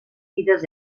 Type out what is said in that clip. vides